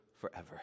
forever